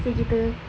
apa seh kita